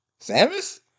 Samus